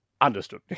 Understood